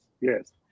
Yes